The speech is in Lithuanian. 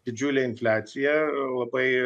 didžiulė infliacija labai